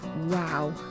Wow